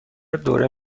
دوره